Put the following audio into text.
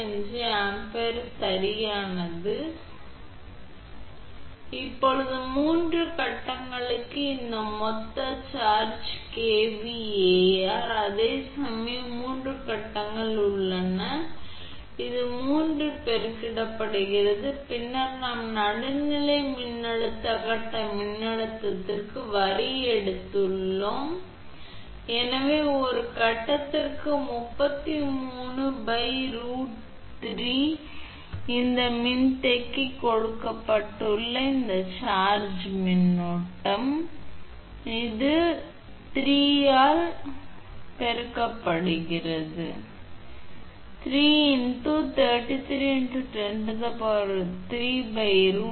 95 ampere சரியானது இப்போது 3 கட்டங்களுக்கு இந்த மொத்த சார்ஜிங் kVAr அதேசமயம் 3 கட்டங்கள் உள்ளன எனவே இது 3 பெருக்கப்படுகிறது பின்னர் நாம் நடுநிலை மின்னழுத்த கட்ட மின்னழுத்தத்திற்கு வரி எடுத்துள்ளோம் எனவே ஒரு கட்டத்திற்கு 33√3 இந்த மின்தேக்கி கொடுக்கப்பட்ட இந்த சார்ஜிங் மின்னோட்டம் பகுதி 𝜇Fகட்டம் என்பதால் 3 ஆல் பெருக்கப்படுகிறது எனவே சார்ஜ் மின்னோட்டமும் 8